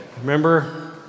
Remember